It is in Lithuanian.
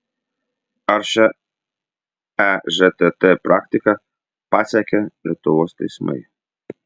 ar šia ežtt praktika pasekė lietuvos teismai